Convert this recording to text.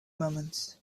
moments